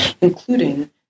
including